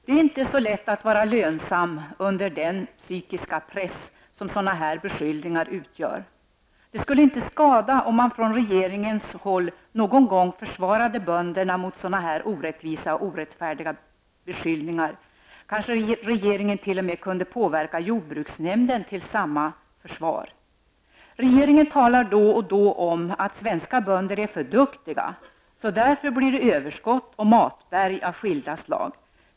Det är inte så lätt att vara lönsam under den psykiska press som sådana beskyllningar utgör. Det skulle inte skada om man från regeringshåll någon gång försvarade bönderna mot sådana orättvisa och orättfärdiga beskyllningar. Kanske regeringen t.o.m. kunde påverka jordbruksnämnden till samma försvar. Regeringen talar då och då om att svenska bönder är för duktiga och att det därför blir överskott och matberg av skilda slag.